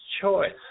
choice